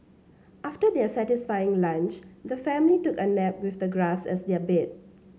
after their satisfying lunch the family took a nap with the grass as their bed